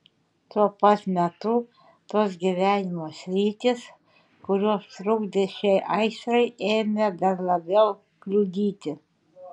tuo pat metu tos gyvenimo sritys kurios trukdė šiai aistrai ėmė dar labiau kliudyti